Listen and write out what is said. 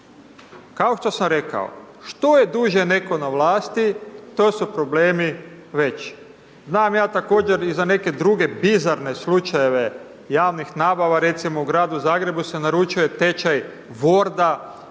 Kao što sam rekao, što je duže netko na vlasti, to su problemi veći. Znam ja također i za neke druge bizarne slučajeve javnih nabava, recimo u Gradu Zagrebu se naručuje tečaj Worda